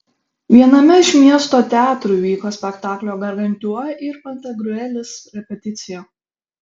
viename iš miesto teatrų vyko spektaklio gargantiua ir pantagriuelis repeticija